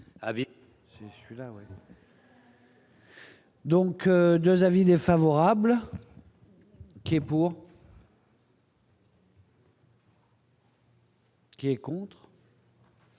Donc 2 avis défavorables qui est pour. Qui est contre.